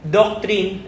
doctrine